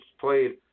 played